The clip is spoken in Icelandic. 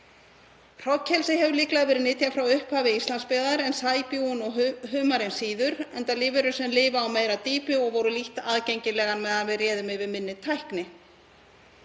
Hrognkelsi hefur líklega verið nytjað frá upphafi Íslandsbyggðar en sæbjúgun og humarinn síður enda lífverur sem lifa á meira dýpi og voru lítt aðgengilegar meðan við réðum yfir minni tækni.